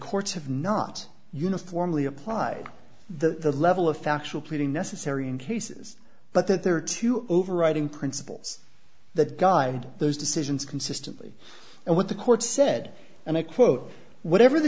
courts have not uniformly applied the level of factual pleading necessary in cases but that there are two overriding principles that guide those decisions consistently and what the court said and i quote whatever the